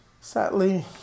sadly